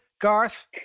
Garth